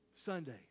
Sunday